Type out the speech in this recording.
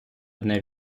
одне